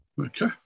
Okay